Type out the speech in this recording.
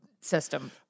system